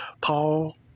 Paul